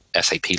SAP